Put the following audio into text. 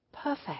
perfect